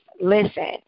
Listen